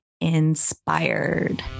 inspired